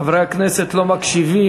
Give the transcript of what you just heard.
חברי הכנסת לא מקשיבים.